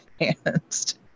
advanced